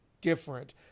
different